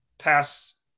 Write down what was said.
pass